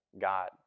God